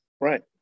right